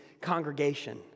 congregation